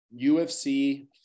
UFC